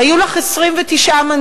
היו לך 29 מנדטים,